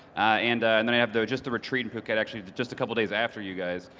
and and then i have though just the retreat in phuket, actually, just a couple days after you guys.